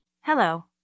Hello